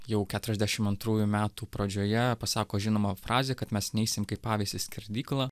jau keturiasdešim antrųjų metų pradžioje pasako žinomą frazę kad mes neisim kaip avys į skerdyklą